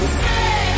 say